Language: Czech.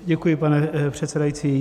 Děkuji, pane předsedající.